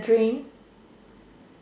drain